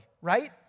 right